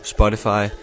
Spotify